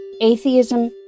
atheism